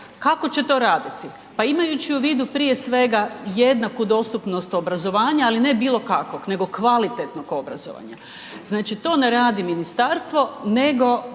Kako će to raditi? Pa imajući u vidu prije svega jednaku dostupnost obrazovanja ali ne bilo kakvog, nego kvalitetnog obrazovanja. Znači to ne radi ministarstvo nego